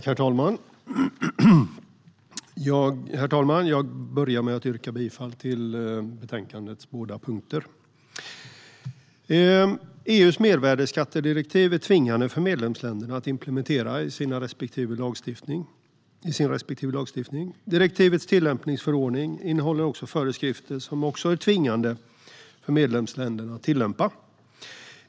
Herr talman! Jag börjar med att yrka bifall till utskottets förslag när det gäller båda punkterna. Det är tvingande för medlemsländerna att implementera EU:s mervärdesskattedirektiv i sina respektive lagstiftningar. Direktivets tillämpningsförordning innehåller också föreskrifter som är tvingande för medlemsländerna att tillämpa.